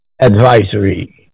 advisory